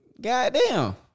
goddamn